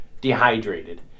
dehydrated